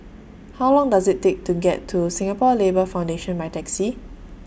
How Long Does IT Take to get to Singapore Labour Foundation By Taxi